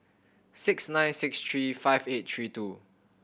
six nine six three five eight three two